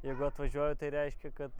jeigu atvažiuoju tai reiškia kad